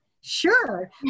sure